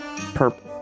purple